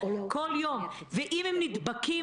ואם הם נדבקים,